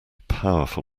powerful